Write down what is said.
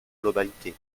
globalité